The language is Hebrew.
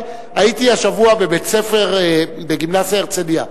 השבוע הייתי בגימנסיה "הרצלייה",